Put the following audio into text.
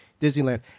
Disneyland